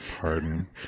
pardon